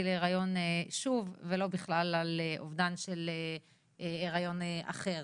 להיריון שוב ולא בכלל על אובדן של היריון אחר.